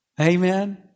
Amen